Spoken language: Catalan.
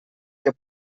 que